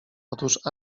otóż